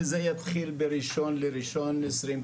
וזה יתחיל ב- 1.1.2022,